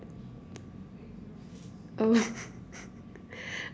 oh